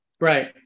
Right